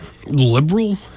liberal